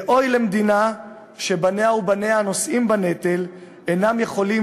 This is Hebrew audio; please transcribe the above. ואוי למדינה שבניה ובנותיה הנושאים בנטל אינם יכולים